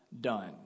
done